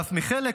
ואף מחלק